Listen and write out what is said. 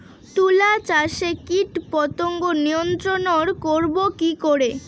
তুলা চাষে কীটপতঙ্গ নিয়ন্ত্রণর করব কি করে?